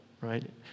right